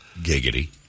Giggity